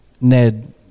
Ned